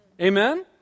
Amen